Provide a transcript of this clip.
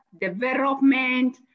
development